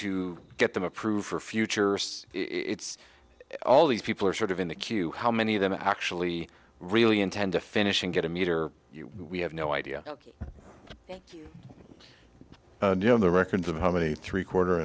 to get them approved for future it's all these people are sort of in the queue how many of them actually really intend to finish and get a meter we have no idea ok and you know the records of how many three quarter